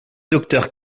docteur